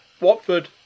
Watford